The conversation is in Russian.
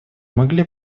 могли